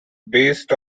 based